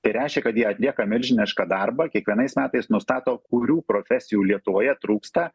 tai reiškia kad jie atlieka milžinišką darbą kiekvienais metais nustato kurių profesijų lietuvoje trūksta